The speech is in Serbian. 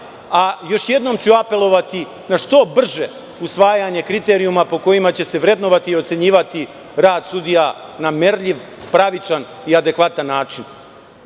jednom ću apelovati na što brže usvajanje kriterijuma po kojima će se vrednovati i ocenjivati rad sudija na merljiv, pravičan i adekvatan